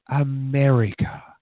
America